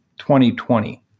2020